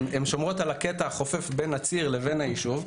הן שומרות על הקטע החופף בין הציר לבין היישוב.